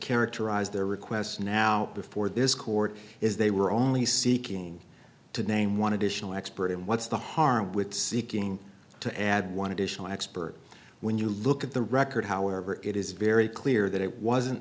characterized their requests now before this court is they were only seeking to name one additional expert and what's the harm with seeking to add one additional expert when you look at the record however it is very clear that it wasn't